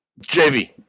JV